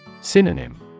Synonym